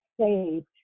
saved